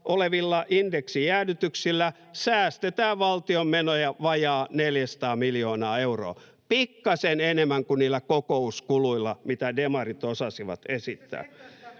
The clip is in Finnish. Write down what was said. olevilla indeksijäädytyksillä säästetään valtion menoja vajaa 400 miljoonaa euroa — pikkasen enemmän kuin niillä kokouskuluilla, mitä demarit osasivat esittää.